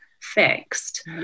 fixed